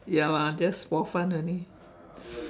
ya lah just for fun only